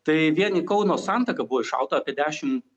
tai vien į kauno santaką buvo iššauta apie dešimt